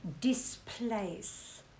displace